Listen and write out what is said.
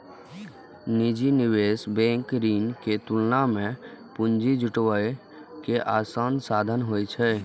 निजी निवेश बैंक ऋण के तुलना मे पूंजी जुटाबै के आसान साधन होइ छै